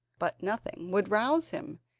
but nothing would rouse him,